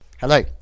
Hello